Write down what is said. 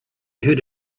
heard